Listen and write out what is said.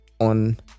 on